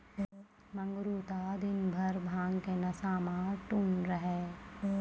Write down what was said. मंगरू त दिनभर भांग के नशा मॅ टुन्न रहै